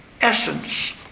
essence